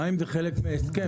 המים זה חלק מההסכם.